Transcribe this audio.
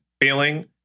feeling